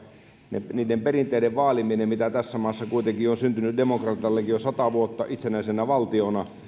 niiden perinteiden vaalimiseksi joita tässä maassa kuitenkin on syntynyt demokratiallakin jo sata vuotta itsenäisenä valtiona